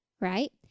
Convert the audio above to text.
right